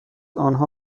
آنها